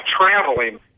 traveling